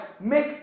make